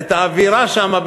את האווירה שם,